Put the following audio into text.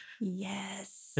Yes